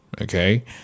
okay